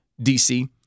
DC